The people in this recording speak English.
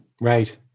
Right